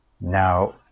Now